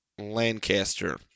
Lancaster